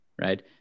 right